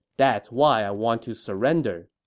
that's why i want to surrender.